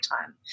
time